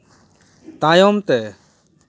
ᱛᱟᱭᱚᱢ ᱛᱮ